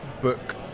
book